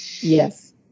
yes